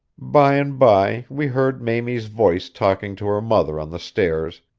by and by we heard mamie's voice talking to her mother on the stairs,